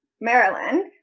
Maryland